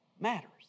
matters